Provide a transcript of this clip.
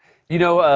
you know,